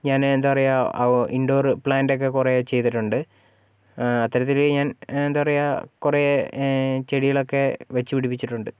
ഞാൻ എന്താ പറയുക ഇൻഡോർ പ്ലാൻ്റൊക്കെ കുറെ ചെയ്തിട്ടുണ്ട് അത്തരത്തിൽ ഞാൻ എന്താ പറയുക കുറെ ചെടികളൊക്കെ വെച്ചു പിടിപ്പിച്ചിട്ടുണ്ട്